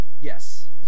yes